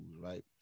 right